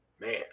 Man